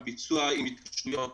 הביצוע עם התקשרויות